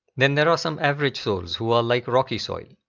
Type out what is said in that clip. then there are some average souls, who are like rocky soil.